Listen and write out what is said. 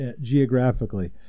geographically